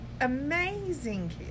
amazing